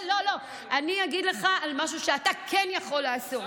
לא, לא, אני אגיד לך על משהו שאתה כן יכול לעשות.